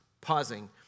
pausing